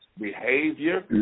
behavior